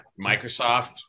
Microsoft